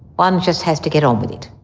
one just has to get on with it